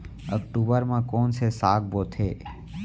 अक्टूबर मा कोन से साग बोथे?